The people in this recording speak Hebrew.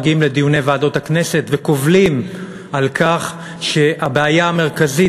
מגיעים לדיוני ועדות הכנסת וקובלים על הבעיה המרכזית